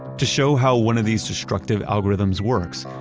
to show how one of these destructive algorithms works,